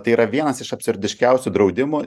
tai yra vienas iš absurdiškiausių draudimų